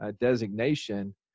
designation